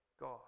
God